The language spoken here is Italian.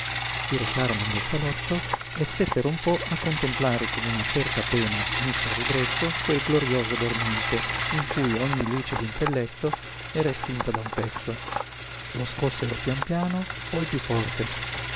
si recarono nel salotto e stettero un po a contemplare con una certa pena mista di ribrezzo quel glorioso dormente in cui ogni luce d'intelletto era estinta da un pezzo lo scossero pian piano poi piú forte